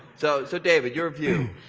so so, david, your view.